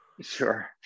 Sure